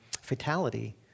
fatality